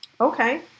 Okay